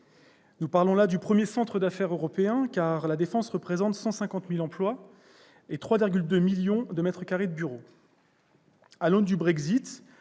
Nous parlons ici du premier centre d'affaires européen, La Défense représentant en effet 150 000 emplois et 3,2 millions de mètres carrés de bureaux. À l'aube du Brexit,